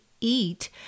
eat